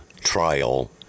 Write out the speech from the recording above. trial